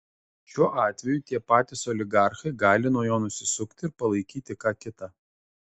šiuo atveju tie patys oligarchai gali nuo jo nusisukti ir palaikyti ką kitą